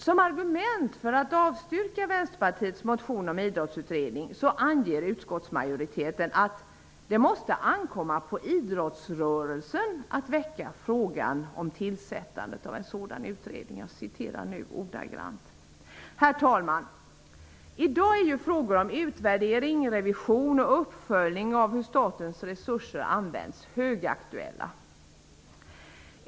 Som argument för att avstyrka Vänsterpartiets motion om en idrottsutredning anger utskottsmajoriteten att ''det måste ankomma på idrottsrörelsen att väcka frågan om tillsättandet av sådana utredningar''. Herr talman! I dag är frågor om utvärdering, revision och uppföljning av hur statens resurser används högaktuella.